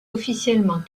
officiellement